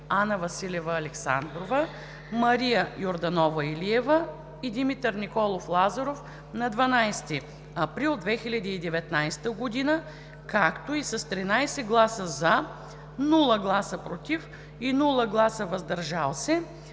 Анна Василева Александрова, Мария Йорданова Илиева и Димитър Николов Лазаров на 12 април 2019 г., и с 13 гласа „за“, без „против“ и „въздържал се“